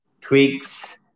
tweaks